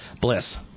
Bliss